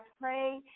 pray